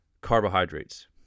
Carbohydrates